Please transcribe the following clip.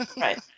Right